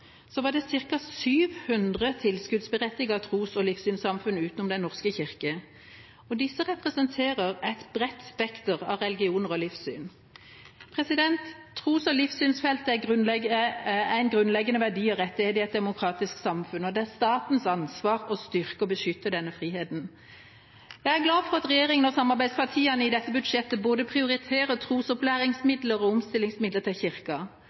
var det ca. 700 tilskuddsberettigede tros- og livssynssamfunn utenom Den norske kirke, og disse representerer et bredt spekter av religioner og livssyn. Tros- og livssynsfrihet er en grunnleggende verdi og rettighet i et demokratisk samfunn, og det er statens ansvar å styrke og beskytte denne friheten. Jeg er glad for at regjeringa og samarbeidspartiene i dette budsjettet både prioriterer trosopplæringsmidler og omstillingsmidler til